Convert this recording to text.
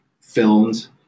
filmed